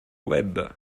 web